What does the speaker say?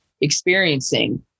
experiencing